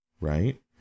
right